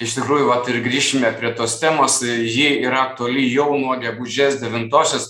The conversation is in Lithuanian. iš tikrųjų vat ir grįšime prie tos temos ji yra aktuali jau nuo gegužės devintosios